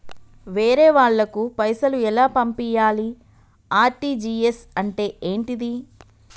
వేరే వాళ్ళకు పైసలు ఎలా పంపియ్యాలి? ఆర్.టి.జి.ఎస్ అంటే ఏంటిది?